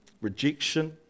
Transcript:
rejection